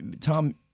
Tom